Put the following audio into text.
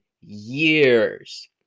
years